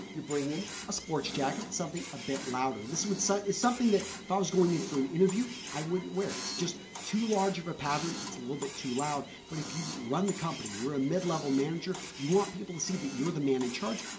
you're bringing in a sports jacket but something a bit louder. this would so it's something that if i was going in for an interview, i wouldn't wear it. it's just too large of a pattern it's a little bit too loud, but if you run the company, you're a mid-level manager you want people to see that you're the man in charge,